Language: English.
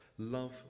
Love